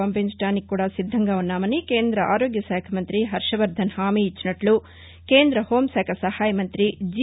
పంపించదానికి కూడా సిద్దంగా ఉన్నామని కేంద ఆరోగ్యశాఖ మంత్రి హర్టవర్దన్ హామీ ఇచ్చినట్లు కేంద హోం శాఖ సహాయ మంతి జి